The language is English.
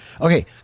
Okay